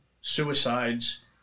suicides